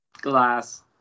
glass